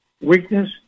weakness